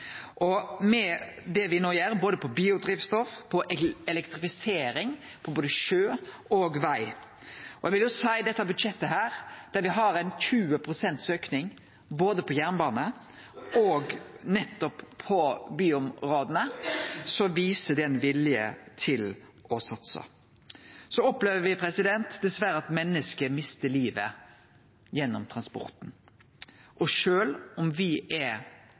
med det me no gjer med tanke på biodrivstoff og elektrifisering på både sjø og veg, og med dette budsjettet, der me har ein auke på 20 pst. både på jernbane og på byområda, viser det ein vilje til å satse. Så opplever me dessverre at menneske mister livet gjennom transporten. Sjølv om me er